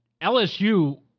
LSU